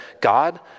God